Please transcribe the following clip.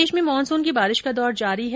प्रदेश में मानसून की बारिश का दौर जारी है